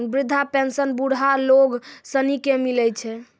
वृद्धा पेंशन बुढ़ा लोग सनी के मिलै छै